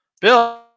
Bill